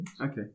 okay